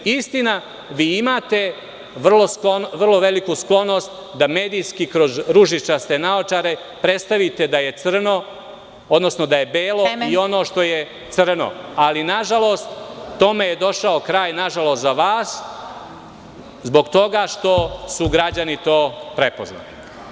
Istina, vi imate vrlo veliku sklonost da medijski kroz ružičaste naočare predstavite da belo i ono što je crno, ali nažalost tome je došao kraj, nažalost za vas, zbog toga što su građani to prepoznali.